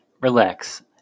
relax